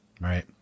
right